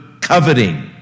coveting